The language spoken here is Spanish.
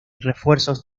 refuerzos